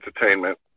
Entertainment